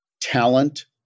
talent